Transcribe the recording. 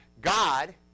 God